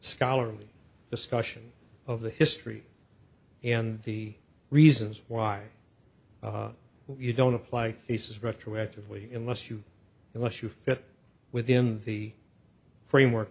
scholarly discussion of the history and the reasons why you don't apply he says retroactively unless you unless you fit within the framework